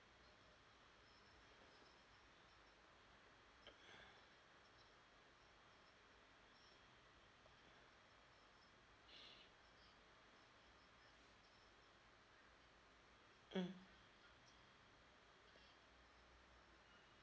mm